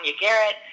Garrett